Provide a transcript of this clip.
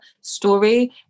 story